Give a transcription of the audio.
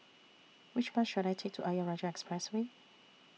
Which Bus should I Take to Ayer Rajah Expressway